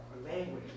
language